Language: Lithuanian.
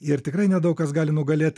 ir tikrai nedaug kas gali nugalėt